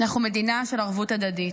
אנחנו מדינה של ערבות הדדית.